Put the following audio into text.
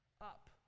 up